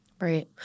Right